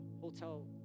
hotel